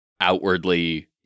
outwardly